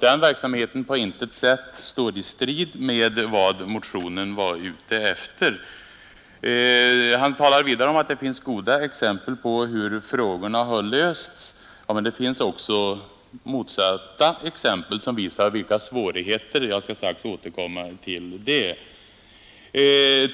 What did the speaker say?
Den verksamheten tror jag på intet sätt stär i strid med vad motionen/motionärerna var ute efter. Han talar vidare om att det finns goda exempel på hur frågorna har lösts. Ja, men det finns också motsatta exempel som visar vilka svårigheter som finns. Jag skall strax återkomma till det.